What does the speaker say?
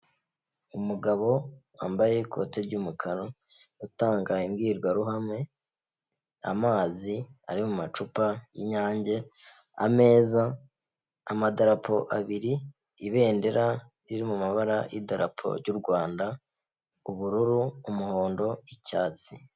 Umugabo wambaye ikoti ry'umukara, utanga imbwirwaruhame. Amazi ari mu macupa y'lnyange. Ameza, amadapo abiri, ibendera riri mu mabara y'ldarapo ry'u Rwanda ubururu, umuhondo, icyatsi.